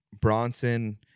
Bronson